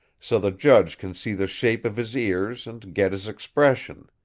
so the judge can see the shape of his ears and get his expression.